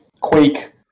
Quake